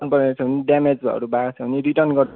भइहाल्छ नि ड्यामेजहरू भएको छ भने रिटर्न गर्दा